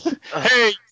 hey